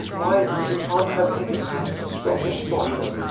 why, you can't have any secrets from anybody.